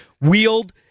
wield